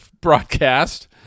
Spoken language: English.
broadcast